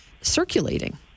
circulating